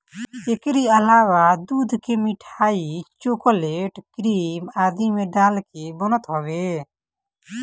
एकरी अलावा दूध के मिठाई, चोकलेट, क्रीम आदि में डाल के बनत हवे